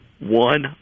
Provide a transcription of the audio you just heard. one